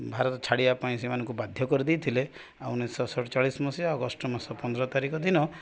ଭାରତ ଛାଡ଼ିବା ପାଇଁ ସେମାନଙ୍କୁ ବାଧ୍ୟ କରିଦେଇଥିଲେ ଆଉ ଉଣେଇଶହ ସତଚାଳିଶ ମସିହା ଅଗଷ୍ଟ ମାସ ପନ୍ଦର ତାରିଖ ଦିନ